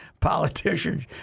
politicians